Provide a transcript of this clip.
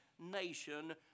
nation